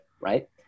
Right